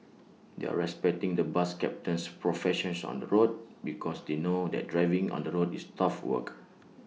they are respecting the bus captain's profession on the road because they know that driving on the road is tough work